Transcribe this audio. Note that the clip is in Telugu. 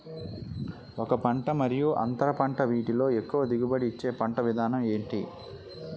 ఒక పంట మరియు అంతర పంట వీటిలో ఎక్కువ దిగుబడి ఇచ్చే పంట విధానం ఏంటి?